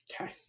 Okay